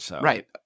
Right